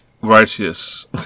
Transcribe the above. Righteous